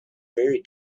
very